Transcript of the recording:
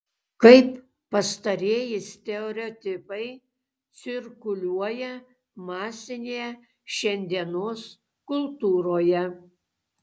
kaip pastarieji stereotipai cirkuliuoja masinėje šiandienos kultūroje